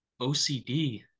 ocd